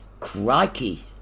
Crikey